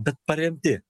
bet paremti